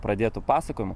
pradėto pasakojimo